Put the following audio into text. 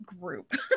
group